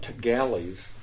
galleys